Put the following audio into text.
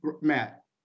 Matt